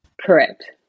Correct